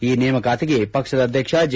ಈ ನೇಮಕಾತಿಗೆ ಪಕ್ಷದ ಅಧ್ವಕ್ಷ ಜೆ